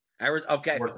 Okay